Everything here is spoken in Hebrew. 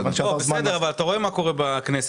אבל אתה רואה מה קורה בכנסת.